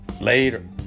Later